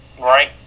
right